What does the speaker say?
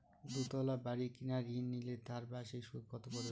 দুতলা বাড়ী কেনার ঋণ নিলে তার বার্ষিক সুদ কত পড়বে?